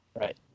Right